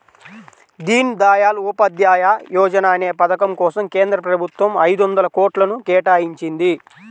దీన్ దయాళ్ ఉపాధ్యాయ యోజనా అనే పథకం కోసం కేంద్ర ప్రభుత్వం ఐదొందల కోట్లను కేటాయించింది